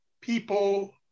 people